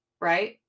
right